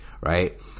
Right